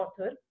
author